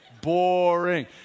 Boring